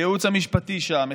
בייעוץ המשפטי שם,